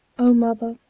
o mother,